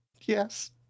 Yes